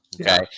Okay